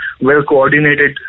well-coordinated